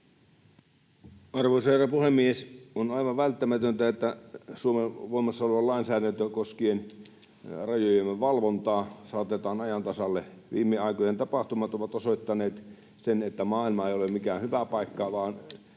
Arvoisa herra puhemies! On aivan välttämätöntä, että Suomen voimassa oleva lainsäädäntö koskien rajojemme valvontaa saatetaan ajan tasalle. Viime aikojen tapahtumat ovat osoittaneet sen, että maailma ei ole mikään hyvä paikka,